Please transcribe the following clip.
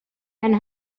and